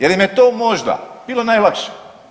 Jer im je to možda bilo najlakše.